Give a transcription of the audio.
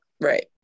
Right